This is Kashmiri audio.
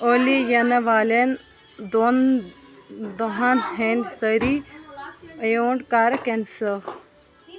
اولی یِنہٕ والٮ۪ن دۄن دۄہَن ہٕنٛدۍ سٲری اَیوٗنٛٹ کَر کٮ۪نسٕل